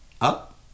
Up